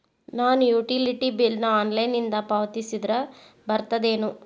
ನಾನು utility bill ನ ಆನ್ಲೈನಿಂದ ಪಾವತಿಸಿದ್ರ ಬರ್ತದೇನು?